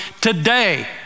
today